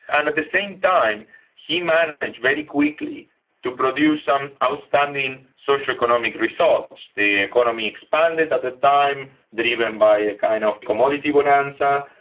and at the same time he managed very quickly to produce some outstanding social economic results. the economy expanded at the time, driven by a kind of commodity bonanza.